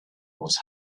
was